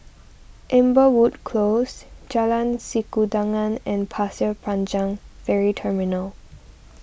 Amberwood Close Jalan Sikudangan and Pasir Panjang Ferry Terminal